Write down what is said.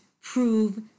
prove